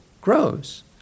grows